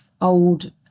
old